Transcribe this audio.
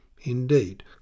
Indeed